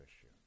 issue